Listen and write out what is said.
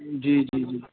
जी जी जी